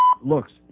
looks